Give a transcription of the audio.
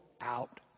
out